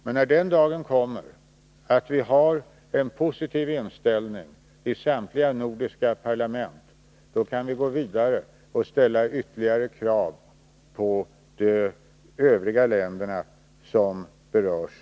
Men när den dagen kommer att vi har den positiva inställningen i samtliga nordiska parlament, då kan vi gå vidare och ställa ytterligare krav på de övriga länder som berörs.